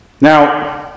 Now